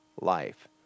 life